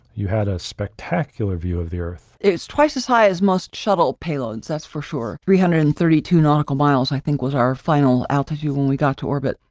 you had a spectacular view of the earthsullivan it is twice as high as most shuttle payloads, that's for sure. three hundred and thirty two nautical miles, i think, was our final altitude when we got to orbit.